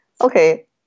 Okay